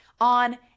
on